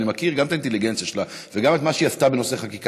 אני מכיר גם את האינטליגנציה שלה וגם את מה שהיא עשתה בנושא חקיקה,